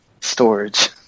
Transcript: storage